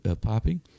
popping